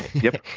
yep.